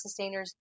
sustainers